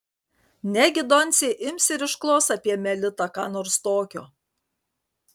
negi doncė ims ir išklos apie melitą ką nors tokio